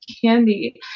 candy